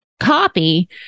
copy